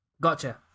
Gotcha